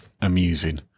amusing